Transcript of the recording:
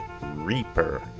Reaper